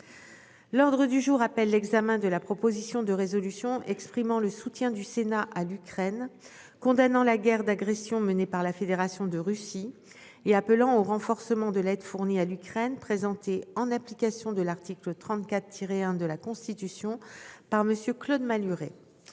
L'ordre du jour appelle l'examen de la proposition de résolution exprimant le soutien du Sénat à l'Ukraine, condamnant la guerre d'agression menée par la Fédération de Russie et appelant au renforcement de l'aide fournie à l'Ukraine. Présenté en application de l'article 34 tirer 1 de la Constitution par Monsieur Claude Malhuret.